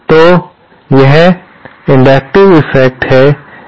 तो यह inductive effect है